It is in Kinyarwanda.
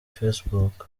facebook